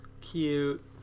Cute